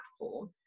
platform